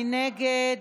מי נגד?